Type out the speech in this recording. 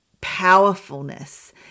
powerfulness